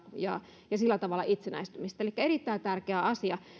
ja ja sillä tavalla itsenäistymistä elikkä erittäin tärkeä asia